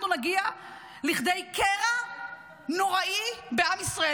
אנחנו נגיע לכדי קרע נוראי בעם ישראל,